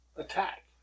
Attack